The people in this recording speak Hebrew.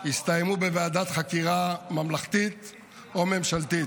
הסתיימו בוועדת חקירה ממלכתית או ממשלתית,